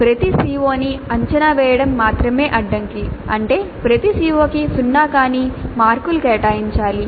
ప్రతి CO ని అంచనా వేయడం మాత్రమే అడ్డంకి అంటే ప్రతి CO కి సున్నా కాని మార్కులు కేటాయించాలి